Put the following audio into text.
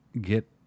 get